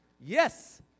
Yes